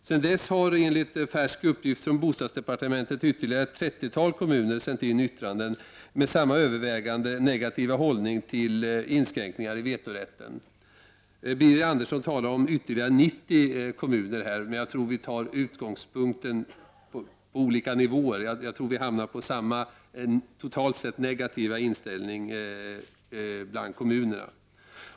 Sedan dess har enligt färska uppgifter från bostadsdepartementet ytterligare ett trettiotal kommuner sänt in yttranden med samma övervägande negativa hållning till inskränkningar i vetorätten. Birger Andersson talar om ytterligare 90 kommuner. Men jag tror att vi utgår från olika nivåer. Totalt sett rör det sig nog om samma negativa inställning bland kommunerna.